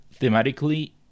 thematically